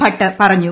ഭട്ട് പറഞ്ഞു